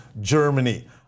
Germany